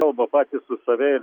kalba patys save ir